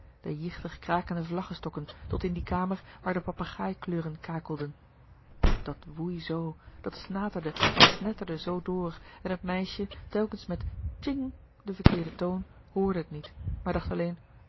de jichtig krakende vlaggestokken tot in die kamer waar de papegaai kleuren kakelden dat woei zoo dat snaterde en snetterde zoo door en het meisje telkens met tjing de verkeerde toon hoorde het niet maar dacht alleen